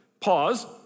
Pause